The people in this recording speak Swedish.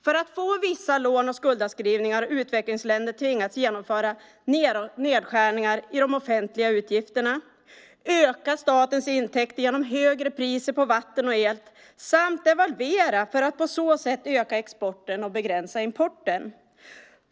För att få vissa lån och skuldavskrivningar tvingas utvecklingsländer genomföra nedskärningar i de offentliga utgifterna, öka statens intäkter genom högre priser på vatten och el samt devalvera för att på så sätt öka exporten och begränsa importen.